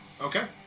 Okay